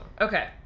Okay